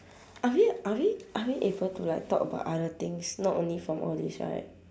are we are we are we able to like talk about other things not only from all these right